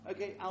Okay